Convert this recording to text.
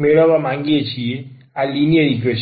મેળવવા માંગીએ છીએ આ લિનિયર ઈક્વેશન છે